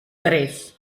tres